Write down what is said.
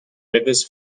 rivers